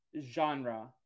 genre